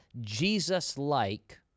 Jesus-like